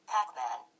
Pac-Man